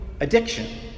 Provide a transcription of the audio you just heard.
addiction